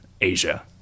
Asia